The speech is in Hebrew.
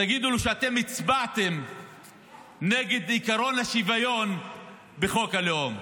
תגידו לו שאתם הצבעתם נגד עקרון השוויון בחוק הלאום.